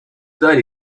داری